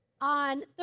on